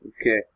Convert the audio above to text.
Okay